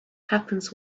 happens